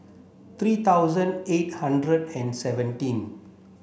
three thousand eight hundred and seventeen